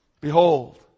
Behold